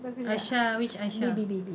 aisyah which aisyah